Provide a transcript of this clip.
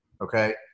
Okay